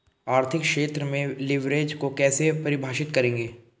आर्थिक क्षेत्र में लिवरेज को कैसे परिभाषित करेंगे?